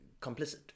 complicit